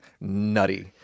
nutty